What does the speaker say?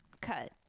cut